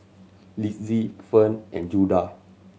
Litzy Fern and Judah